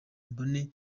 mbone